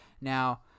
Now